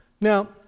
Now